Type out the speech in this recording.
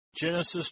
Genesis